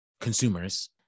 consumers